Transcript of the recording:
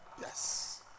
Yes